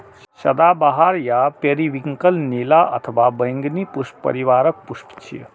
सदाबहार या पेरिविंकल नीला अथवा बैंगनी पुष्प परिवारक पुष्प छियै